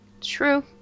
True